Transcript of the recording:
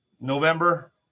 November